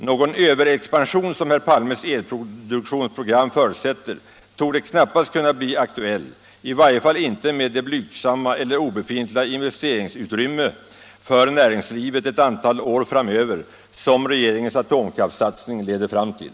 Någon överexpansion, som herr Palmes elproduktionsprogram förutsätter, torde knappast kunna bli aktuell — i varje fall inte med det blygsamma eller obefintliga investeringsutrymme för näringslivet ett antal år framöver som regeringens atomkraftssatsning leder fram till.